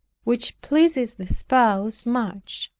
which pleases the spouse much,